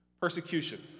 Persecution